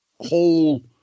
whole